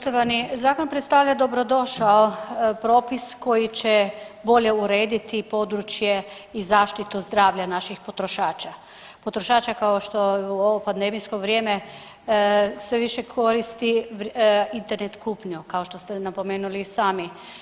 Poštovani, zakon predstavlja dobrodošao propis koji će bolje urediti područje i zaštitu zdravlja naših potrošača, potrošača kao što u ovo pandemijsko vrijeme sve više koristi Internet kupnju kao što ste napomenuli i sami.